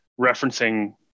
referencing